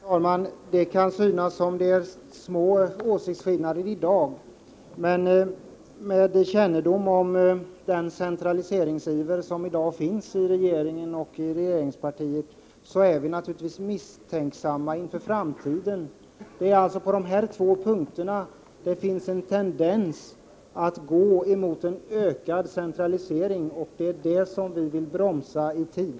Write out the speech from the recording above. Herr talman! Det kan i dag synas som om det är små åsiktsskillnader. Men med kännedom om den centraliseringsiver som finns i regeringen och i regeringspartiet är vi naturligtvis misstänksamma inför framtiden. På dessa två punkter finns det en tendens mot en ökad centralisering, vilket vi vill bromsa i tid.